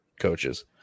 coaches